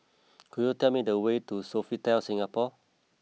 could you tell me the way to Sofitel Singapore